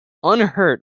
unhurt